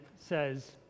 says